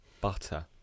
Butter